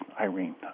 Irene